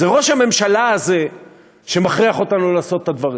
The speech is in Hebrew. זה ראש הממשלה הזה שמכריח אותנו לעשות את הדברים.